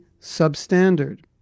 substandard